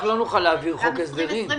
אנחנו לא נוכל להעביר חוק הסדרים.